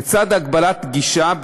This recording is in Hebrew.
לצד הגבלת גישה,